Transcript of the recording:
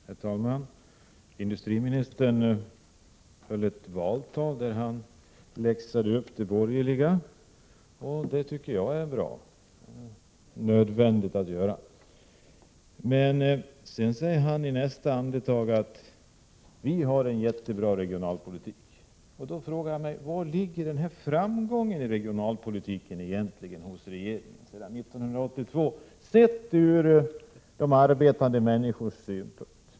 Herr talman! Industriministern höll ett valtal där han läxade upp de borgerliga, och det tycker jag är bra och nödvändigt. Men sedan säger han i nästa andetag: Vi har en jättebra regionalpolitik. Då frågar jag: Var ligger egentligen framgången i regeringens regionalpolitik sedan 1982, sett ur de arbetande människornas synpunkt?